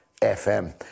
FM